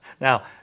now